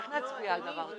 מה התועלת בסעיף?